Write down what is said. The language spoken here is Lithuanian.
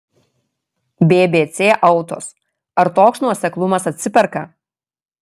bbc autos ar toks nuoseklumas atsiperka